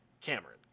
Cameron